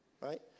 Right